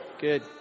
Good